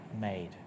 made